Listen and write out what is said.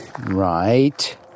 Right